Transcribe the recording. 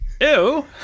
ew